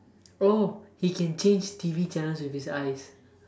oh he can change T_V channels with his eyes